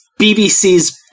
BBC's